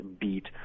beat